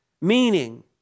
Meaning